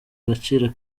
agaciro